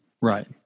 right